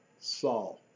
Saul